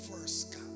first